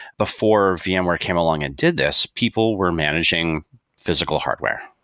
before vmware came along and did this, people were managing physical hardware.